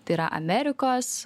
tai yra amerikos